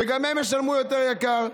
וגם הם ישלמו יותר יקר.